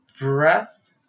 Breath